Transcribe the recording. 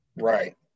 right